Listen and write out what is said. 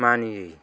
मानियै